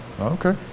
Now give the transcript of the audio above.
okay